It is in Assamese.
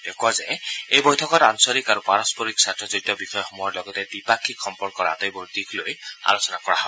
তেওঁ কয় যে এই বৈঠকত আঞ্চলিক আৰু পাৰস্পৰিক স্বাৰ্থজড়িত বিষয়সমূহৰ লগতে দ্বিপাক্ষিক সম্পৰ্কৰ আটাইবোৰ দিশ লৈ আলোচনা কৰা হয়